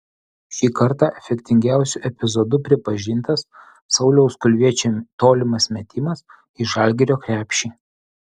šį kartą efektingiausiu epizodu pripažintas sauliaus kulviečio tolimas metimas į žalgirio krepšį